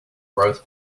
both